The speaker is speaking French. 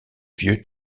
vieux